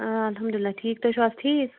اَلحَمدُ اللّٰہ ٹھیٖک تُہۍ چھِو حظ ٹھیٖک